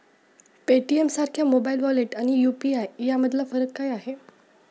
पेटीएमसारख्या mobile wallet आणि UPI यामधला फरक काय आहे?